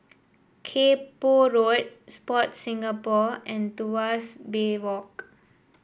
Kay Poh Road Sport Singapore and Tuas Bay Walk